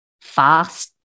fast